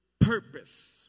purpose